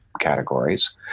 categories